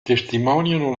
testimoniano